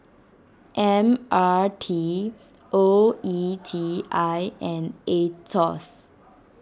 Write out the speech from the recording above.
M R T O E T I and A Etos